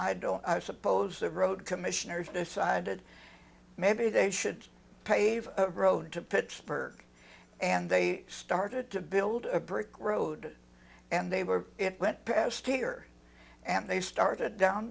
don't suppose the road commissioners decided maybe they should pave the road to pittsburgh and they started to build a brick road and they were it went past here and they started down